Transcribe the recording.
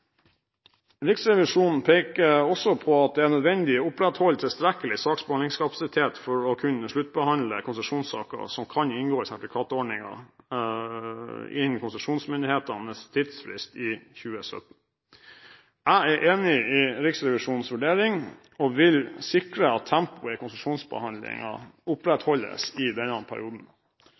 Riksrevisjonen peker også på at det er nødvendig å opprettholde tilstrekkelig saksbehandlingskapasitet for å kunne sluttbehandle konsesjonssaker som kan inngå i sertifikatordningen, innen konsesjonsmyndighetenes tidsfrist i 2017. Jeg er enig i Riksrevisjonens vurdering, og vil sikre at tempoet i konsesjonsbehandlingen opprettholdes i denne perioden.